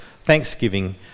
thanksgiving